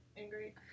angry